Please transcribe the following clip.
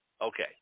Okay